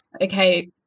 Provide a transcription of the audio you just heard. Okay